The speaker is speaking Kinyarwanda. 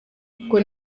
kuko